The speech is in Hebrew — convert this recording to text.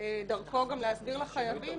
דרכו גם להסביר לחייבים,